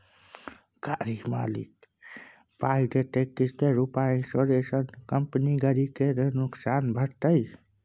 गाड़ी मालिक पाइ देतै किस्त रुपे आ इंश्योरेंस कंपनी गरी केर नोकसान भरतै